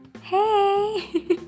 hey